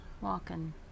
walking